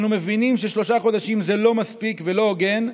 אנו מבינים ששלושה חודשים זה לא מספיק ולא הוגן.